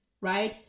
right